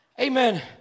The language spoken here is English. Amen